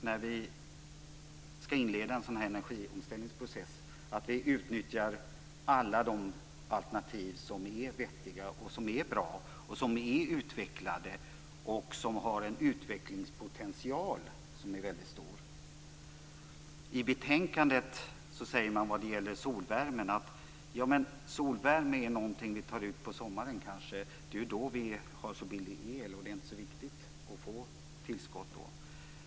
När vi skall inleda en energiomställningsprocess är det viktigt att vi utnyttjar alla de alternativ som är vettiga, bra och utvecklade och som har en utvecklingspotential som är väldigt stor. I betänkandet säger man om solvärmen att det är något som man kanske tar ut på sommaren och att man då har så billig el och att det därför inte är så viktigt att få ett tillskott.